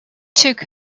took